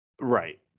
Right